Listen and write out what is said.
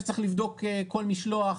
שצריך לבדוק כל משלוח,